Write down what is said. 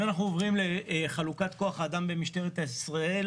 אם אנחנו עוברים לחלוקת כוח האדם במשטרת ישראל,